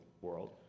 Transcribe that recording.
world